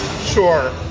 Sure